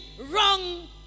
wrong